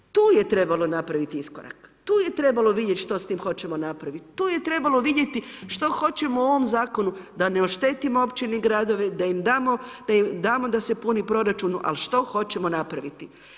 Tu je trebalo napraviti iskorak, tu je trebalo vidjeti što sa time hoćemo napraviti, tu je trebalo vidjeti što hoćemo u ovom zakonu da ne oštetimo općine i gradove da im damo, da im damo da se puni proračun, ali što hoćemo napraviti.